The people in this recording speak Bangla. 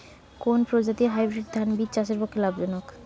কোন প্রজাতীর হাইব্রিড ধান বীজ চাষের পক্ষে লাভজনক?